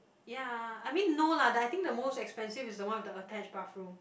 ya I mean no lah the I think the most expensive is the one with the attached bathroom